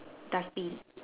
dustbin